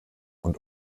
und